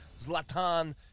Zlatan